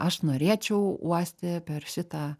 aš norėčiau uosti per šitą